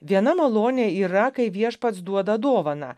viena malonė yra kai viešpats duoda dovaną